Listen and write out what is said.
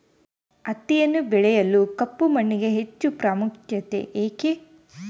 ಹತ್ತಿಯನ್ನು ಬೆಳೆಯಲು ಕಪ್ಪು ಮಣ್ಣಿಗೆ ಹೆಚ್ಚು ಪ್ರಾಮುಖ್ಯತೆ ಏಕೆ?